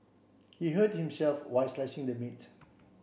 he hurt himself while slicing the meat